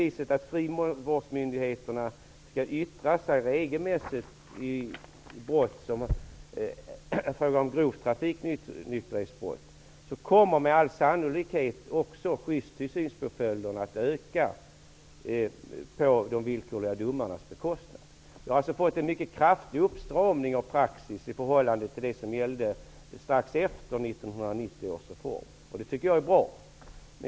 Eftersom frivårdsmyndigheterna nu skall yttra sig regelmässigt i fråga om grovt trafiknykterhetsbrott kommer med all sannolikhet också skyddstillsynspåföljderna att öka på de villkorliga domarnas bekostnad. Vi har alltså fått en mycket kraftig uppstramning av praxis i förhållande till det som gällde strax efter 1990 års reform. Det tycker jag är bra.